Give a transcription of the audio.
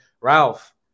Ralph